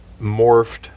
morphed